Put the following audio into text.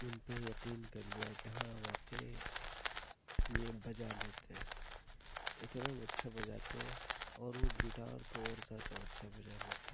ان پہ یقین کرلیا کہ ہاں واقعی یہ بجا لیتے ہیں اتنا اچھا بجاتے ہیں اور وہ گٹار تو اور زیادہ اچھا بجا لیتے ہیں